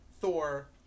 Thor